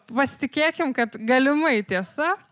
pasitikėkim kad galimai tiesa